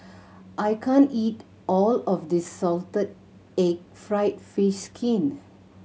I can't eat all of this salted egg fried fish skin